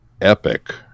epic